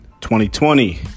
2020